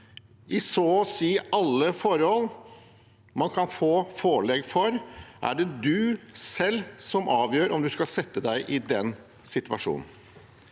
I så å si alle forhold man kan få forelegg for, er det en selv som avgjør om man skal sette seg i den situasjonen.